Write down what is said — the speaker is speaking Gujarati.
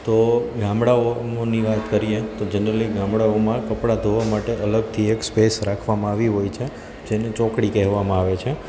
તો ગામડાઓની વાત કરીએ તો જનરલી ગામડાઓમાં કપડાં ધોવા માટે અલગથી એક સ્પેસ રાખવામાં આવી હોય છે જેને ચોકડી કહેવામાં આવે છે